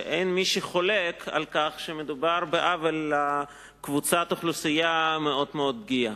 ואין מי שחולק על כך שמדובר בעוול לקבוצת אוכלוסייה מאוד פגיעה.